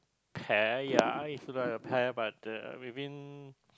pear ya it looks like a pear but uh within